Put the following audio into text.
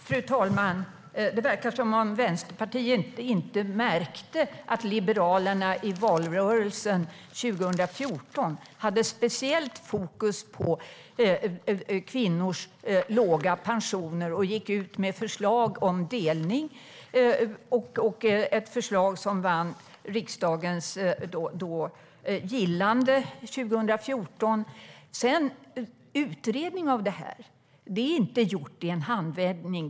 Fru talman! Det verkar som att Vänsterpartiet inte märkte att Liberalerna i valrörelsen 2014 hade ett speciellt fokus på kvinnors låga pensioner. Vi gick ut med förslag om delning som då, 2014, vann riksdagens gillande. Att utreda detta är inte gjort i en handvändning.